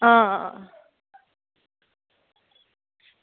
आं